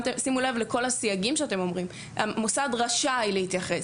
שימו לב לכל הסייגים שאתם אומרים: המוסד רשאי להתייחס,